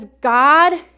God